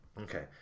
Okay